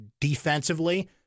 defensively